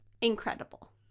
incredible